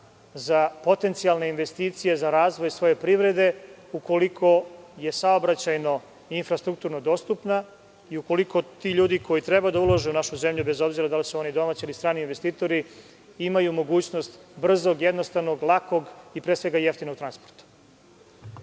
za potencijalne investicije za razvoj svoje privrede, ukoliko je saobraćajno i infrastrukturno dostupna i ukoliko ti ljudi koji treba da ulažu u našu zemlju, bez obzira da li su oni domaći ili strani investitori, imaju mogućnost brzog, jednostavnog, lakog i pre svega jeftinog transporta. Srbija